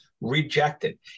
rejected